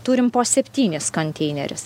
turim po septynis konteinerius